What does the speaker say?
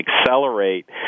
accelerate